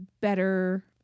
better